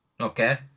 Okay